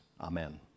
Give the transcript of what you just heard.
amen